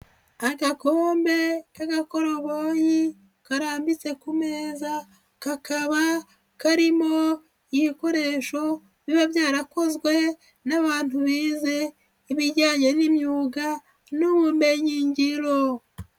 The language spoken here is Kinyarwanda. Agakombe k'agakoroboyi karambitse ku meza kakaba karimo ibikoresho biba byarakozwe n'abantu bize ibijyanye n'imyuga n'ubumenyingiro .